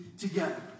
together